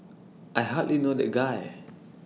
I hardly know that guy